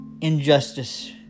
injustice